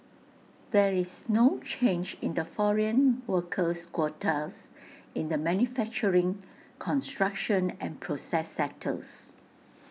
there is no change in the foreign workers quotas in the manufacturing construction and process sectors